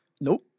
Nope